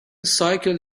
cycle